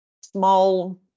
small